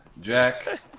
Jack